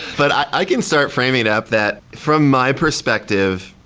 but i can start framing up, that from my perspective,